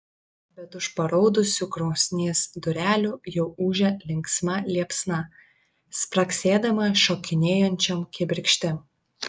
bet už paraudusių krosnies durelių jau ūžia linksma liepsna spragsėdama šokinėjančiom kibirkštim